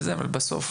אבל בסוף